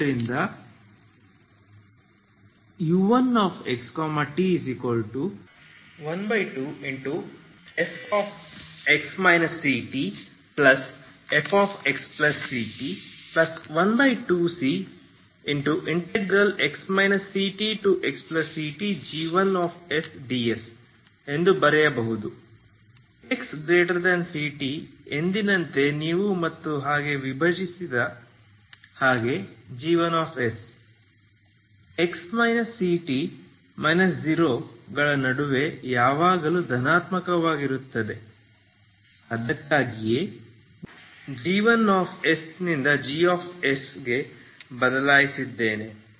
ಆದ್ದರಿಂದ u1xt12 fct xfxct 12cx ct0g sds0xctgsds 0xct ಈಗ ನೀವು x ಪಾಸಿಟಿವ್ ಸೈಡ್ ಬಯಸುವ ಇನ್ನೊಂದು ಪದ ಯಾವುದು xct f1ಯಾವಾಗಲೂ ಪಾಸಿಟಿವ್ ಆಗಿರುತ್ತದೆ ಹಾಗಾಗಿ ನೀವು ಸರಳವಾಗಿ u1xt12fx ctfxct12cx ctxctg1sds ಎಂದು ಬರೆಯಬಹುದು xct ಎಂದಿನಂತೆ ನೀವು ಮತ್ತೆ ಹಾಗೆ ವಿಭಜಿಸಿದ ಹಾಗೆ g1s x ct 0 ಗಳ ನಡುವೆ ಯಾವಾಗಲೂ ಧನಾತ್ಮಕವಾಗಿರುತ್ತದೆ ಅದಕ್ಕಾಗಿಯೇ ನಾನು g1sನಿಂದ gs ಬದಲಿಸುತ್ತಿದ್ದೇನೆ